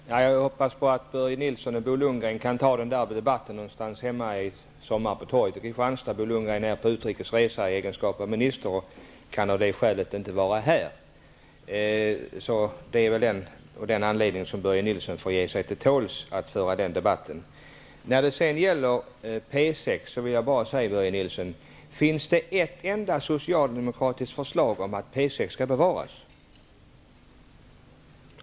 Herr talman! Jag hoppas att Börje Nilsson och Bo Lundgren kan ta den debatten hemma på torget i Kristianstad i sommar. Bo Lundgren är på utrikes resa i egenskap av minister, och kan av det skälet inte vara här. Av den anledningen får Börje Nilsson väl ge sig till tåls med att föra den debatten. Nilsson: Finns det ett enda socialdemokratiskt förslag om att P 6 skall bevaras?